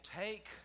take